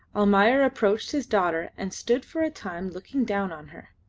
almayer approached his daughter and stood for time looking down on her.